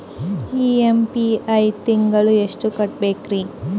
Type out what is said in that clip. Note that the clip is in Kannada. ಇ.ಎಂ.ಐ ತಿಂಗಳ ಎಷ್ಟು ಕಟ್ಬಕ್ರೀ?